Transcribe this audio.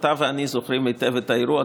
אתה ואני זוכרים היטב את האירוע,